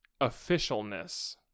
officialness